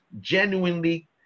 Genuinely